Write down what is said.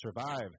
survive